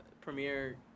Premiere